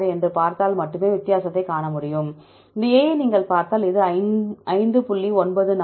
46 என்று பார்த்தால் மட்டுமே வித்தியாசத்தைக் காண முடியும் இந்த A ஐ நீங்கள் பார்த்தால் அது 5